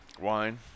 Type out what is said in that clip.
Wine